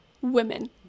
Women